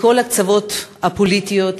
מכל הקצוות הפוליטיים,